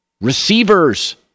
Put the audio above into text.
Receivers